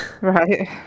right